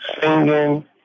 singing